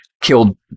killed